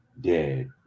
dead